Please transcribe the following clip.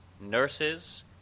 nurses